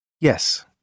Yes